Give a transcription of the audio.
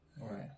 right